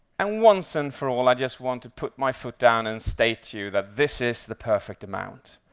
and once and for all, i just want to put my foot down and state to you that this is the perfect amount.